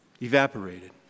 evaporated